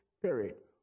Spirit